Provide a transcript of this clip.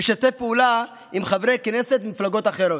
משתף פעולה עם חברי כנסת ממפלגות אחרות?